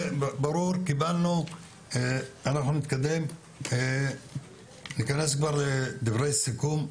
אנחנו ניכנס לדברי סיכום.